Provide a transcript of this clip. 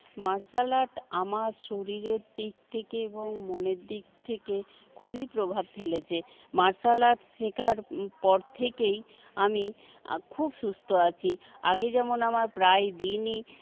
martial art আমার শরীরের দিক থেকে এবং মনের দিক থেকে খুবই প্রভাব ফেলেছে মার্শাল আর্ট শেখার পর থেকেই আমি খুব সুস্থ আছি আগে যেমন আমার প্রায় দিনই